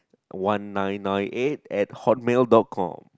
one nine nine eight at Hotmail dot com